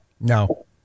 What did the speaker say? No